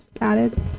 added